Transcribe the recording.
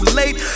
late